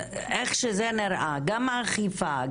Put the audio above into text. איך שזה נראה גם האכיפה,